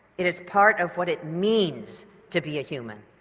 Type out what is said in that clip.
it is part of what it means to be a human.